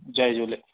जय झूले